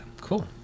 Cool